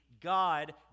God